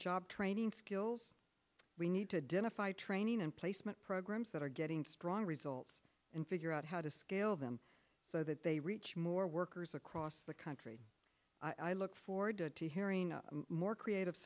job training skills we need to defy training and placement programs that are getting strong results and figure out how to scale them so that they reach more workers across the country i look forward to hearing more creative